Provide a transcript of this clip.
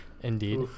Indeed